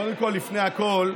קודם כול ולפני הכול,